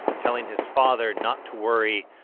telling his father not to worry,